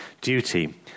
duty